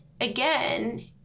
again